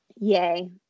Yay